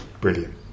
brilliant